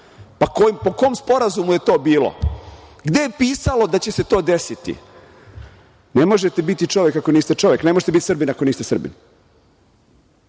Po kom sporazumu je to bilo? Gde je pisalo da će se to desiti? Ne možete biti čovek ako niste čovek. Ne možete biti Srbin ako niste